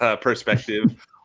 perspective